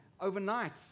Overnight